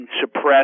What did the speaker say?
suppress